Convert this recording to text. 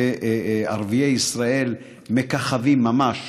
וערביי ישראל "מככבים" ממש,